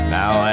now